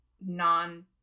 non